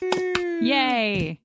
Yay